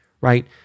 Right